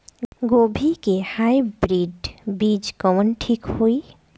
गोभी के हाईब्रिड बीज कवन ठीक होई?